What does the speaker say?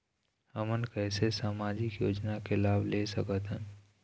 हमन कैसे सामाजिक योजना के लाभ ले सकथन?